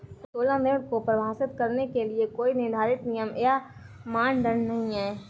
उत्तोलन ऋण को परिभाषित करने के लिए कोई निर्धारित नियम या मानदंड नहीं है